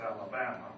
Alabama